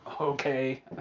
okay